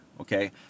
okay